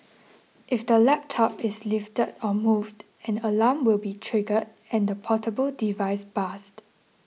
if the laptop is lifted or moved an alarm will be triggered and the portable device buzzed